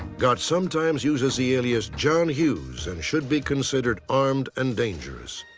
gott sometimes uses the alias john hughes, and should be considered armed and dangerous.